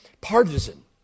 partisan